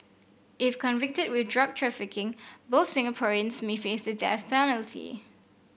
if convicted with drug trafficking both Singaporeans may face the death penalty